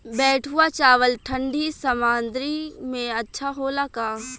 बैठुआ चावल ठंडी सह्याद्री में अच्छा होला का?